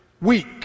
week